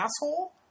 asshole